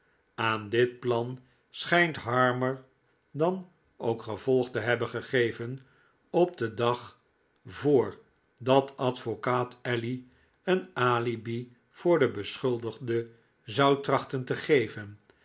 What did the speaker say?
aan dit plan schijnt harmer dan ook gevolg te hebben gegeven op den dag voor dat advocaat alley een alibi voor den beschuldigde zou trachten te geven